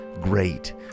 great